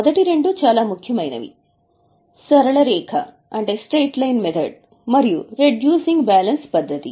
మొదటి రెండు చాలా ముఖ్యమైనవి సరళ రేఖ మరియు రెడ్యూసింగ్ బ్యాలెన్స్ పద్ధతి